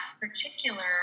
particular